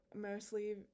Mostly